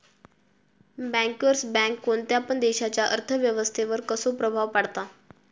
Bankers bank कोणत्या पण देशाच्या अर्थ व्यवस्थेवर कसो प्रभाव पाडता?